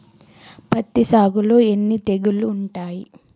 పత్తి సాగులో ఎన్ని తెగుళ్లు ఉంటాయి?